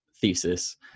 thesis